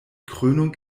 krönung